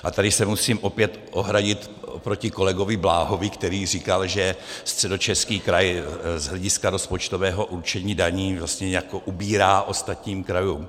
A tady se musím opět ohradit proti kolegovi Bláhovi, který říkal, že Středočeský kraj z hlediska rozpočtového určení daní vlastně nějak ubírá ostatním krajům.